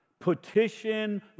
petition